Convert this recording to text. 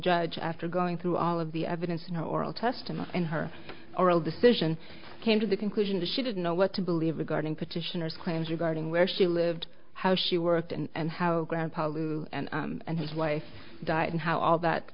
judge after going through all of the evidence in oral testimony and her oral decision came to the conclusion that she didn't know what to believe regarding petitioners claims regarding where she lived how she worked and how grandpa lou and his wife died and how all that